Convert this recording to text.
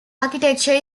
architecture